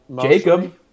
Jacob